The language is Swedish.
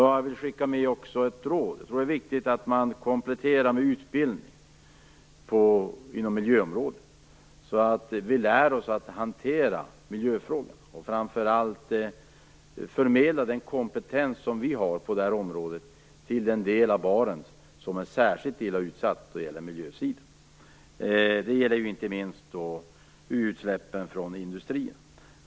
Jag vill också skicka med ett råd: Det är viktigt att komplettera med utbildning inom miljöområdet, så att vi lär oss att hantera miljöfrågorna och framför allt att förmedla den kompetens som vi har till den del av Barents som är särskilt illa utsatt då det gäller miljön. Det gäller inte minst utsläppen från industrin.